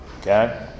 Okay